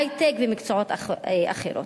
היי-טק ומקצועות אחרים.